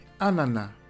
Anana